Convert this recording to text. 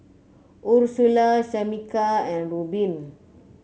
Ursula Shamika and Reubin